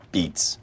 Beats